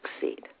succeed